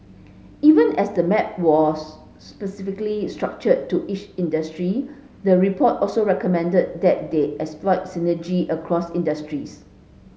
even as the map was specifically structured to each industry the report also recommended that they exploit synergy across industries